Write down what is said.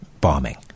bombing